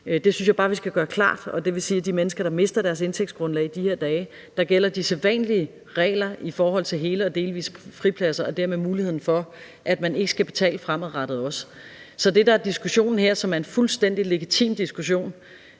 Det synes jeg bare vi skal gøre klart. Og det vil sige, at for de mennesker, der mister deres indtægtsgrundlag i de her dage, gælder de sædvanlige regler i forhold til hele og delvise fripladser, og dermed er der mulighed for, at man ikke også fremadrettet skal betale. Så det, der er diskussionen her, som er en fuldstændig legitim diskussion